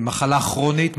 היא מחלה כרונית,